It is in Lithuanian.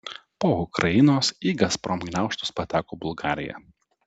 po ukrainos į gazprom gniaužtus pateko bulgarija